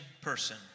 person